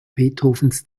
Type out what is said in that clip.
beethovens